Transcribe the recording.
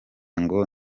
ngo